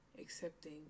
accepting